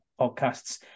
podcasts